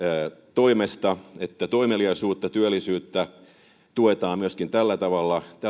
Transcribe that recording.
toimesta että toimeliaisuutta ja työllisyyttä tuettaisiin myöskin tällä tavalla